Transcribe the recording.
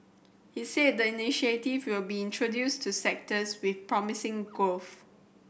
he said the initiative will be introduced to sectors with promising growth